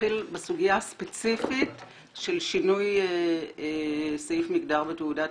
תתחיל בסוגיה הספציפית של שינוי סעיף מגדר בתעודת